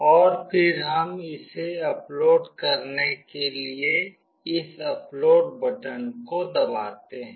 और फिर हम इसे अपलोड करने के लिए इस अपलोड बटन को दबाते हैं